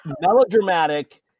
melodramatic